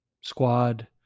squad